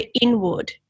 inward